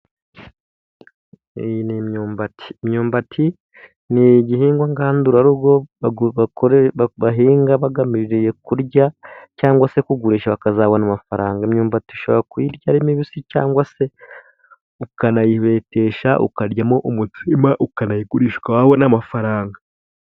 Iyi ni imyumbati, imyumbati n'igihingwa ngandurarugo bahinga bagambiriye kurya cyangwa se kugurisha bakazabona amafaranga, imyumbati ishobora kuyirya ari mbisi cyangwa se ukanayibetesha ukaryamo umutsima, ukanayigurishwa ikabo n'amafaranga.